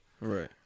Right